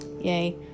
yay